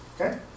Okay